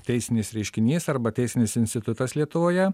teisinis reiškinys arba teisinis institutas lietuvoje